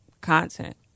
content